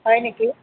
হয় নেকি